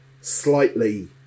slightly